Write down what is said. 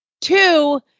Two